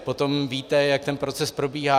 Potom víte, jak ten proces probíhá.